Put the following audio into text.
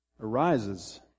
arises